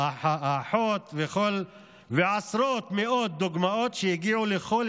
האחות ועשרות ומאות דוגמאות שהגיעו לכל